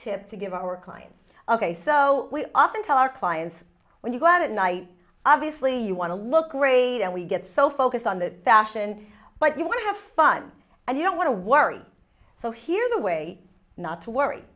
tip to give our clients ok so we often tell our clients when you go out at night obviously you want to look great and we get so focused on the fashion but you want to have fun and you don't want to worry so here's a way not to worry